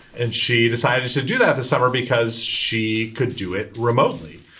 and she decided to do that this summer because she could do it remotely.